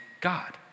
God